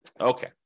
okay